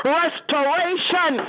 restoration